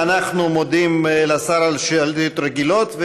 אנחנו מודים לשר על השאילתות הרגילות.